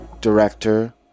director